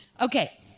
Okay